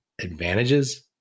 advantages